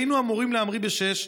היינו אמורים להמריא ב-18:00,